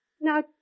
Now